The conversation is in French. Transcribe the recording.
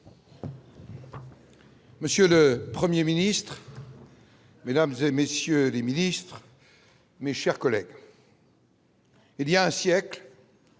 Monsieur le 1er ministre. Mesdames et messieurs les ministres, mes chers collègues. Il y a un siècle.